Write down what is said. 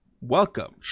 Welcome